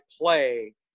play